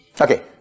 Okay